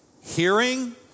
hearing